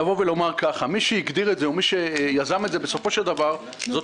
מי שיזם את זה בסופו של דבר זאת